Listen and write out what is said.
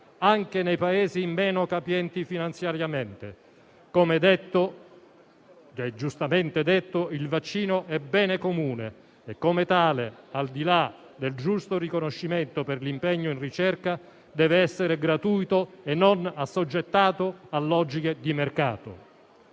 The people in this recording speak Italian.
anche nei Paesi meno capienti finanziariamente. Come giustamente detto, il vaccino è bene comune e, come tale, al di là del giusto riconoscimento per l'impegno in ricerca, deve essere gratuito e non assoggettato a logiche di mercato.